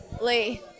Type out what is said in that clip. Lee